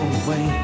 away